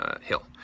Hill